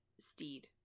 Steed